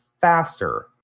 faster